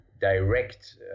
direct